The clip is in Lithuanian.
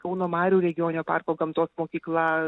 kauno marių regioninio parko gamtos mokykla